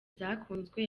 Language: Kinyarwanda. zakunzwe